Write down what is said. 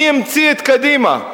מי המציא את קדימה?